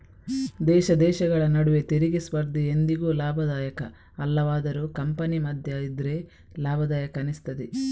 ದೇಶ ದೇಶಗಳ ನಡುವೆ ತೆರಿಗೆ ಸ್ಪರ್ಧೆ ಎಂದಿಗೂ ಲಾಭದಾಯಕ ಅಲ್ಲವಾದರೂ ಕಂಪನಿ ಮಧ್ಯ ಇದ್ರೆ ಲಾಭದಾಯಕ ಅನಿಸ್ತದೆ